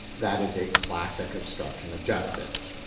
that is a classic obstruction of justice